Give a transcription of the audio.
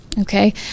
Okay